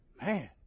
man